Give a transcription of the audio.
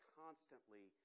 constantly